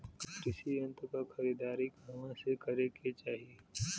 कृषि यंत्र क खरीदारी कहवा से खरीदे के चाही?